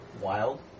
Wild